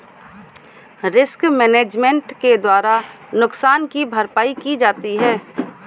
risk management के द्वारा नुकसान की भरपाई की जाती है